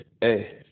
hey